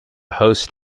host